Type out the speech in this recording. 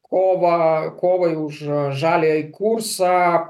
kovą kovai už žaliąjį kursą